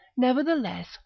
Nevertheless